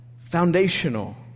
foundational